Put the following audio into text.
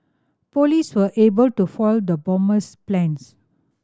police were able to foil the bomber's plans